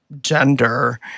gender